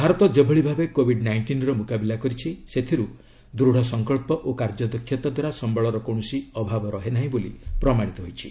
ଭାରତ ଯେଭଳି ଭାବେ କୋବିଡ୍ ନାଇଷ୍ଟିନ୍ର ମୁକାବିଲା କରିଛି ସେଥିରୁ ଦୂଢ଼ ସଂକଳ୍ପ ଓ କାର୍ଯ୍ୟ ଦକ୍ଷତା ଦ୍ୱାରା ସମ୍ଭଳର କୌଣସି ଅଭାବ ରହେ ନାହିଁ ବୋଲି ପ୍ରମାଣିତ ହୋଇଛି